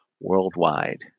worldwide